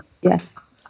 Yes